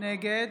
נגד